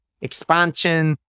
expansion